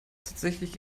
tatsächlich